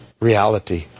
reality